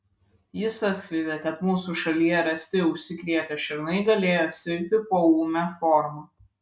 jis atskleidė kad mūsų šalyje rasti užsikrėtę šernai galėjo sirgti poūme forma